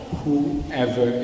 whoever